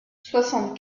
soixante